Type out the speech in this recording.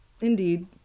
Indeed